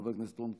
חבר הכנסת רון כץ,